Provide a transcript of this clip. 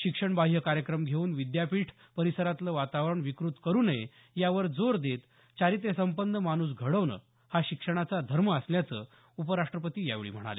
शिक्षणबाह्य कार्यक्रम घेऊन विद्यापीठ परिसरातलं वातावरण विकृत करु नये यावर जोर देत चारित्र्यसंपन्न माणूस घडवणं हा शिक्षणाचा धर्म असल्याचं उपराष्ट्रपती यावेळी म्हणाले